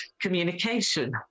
communication